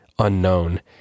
Unknown